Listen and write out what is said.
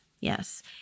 Yes